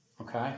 Okay